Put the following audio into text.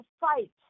fight